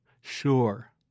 Sure